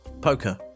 Poker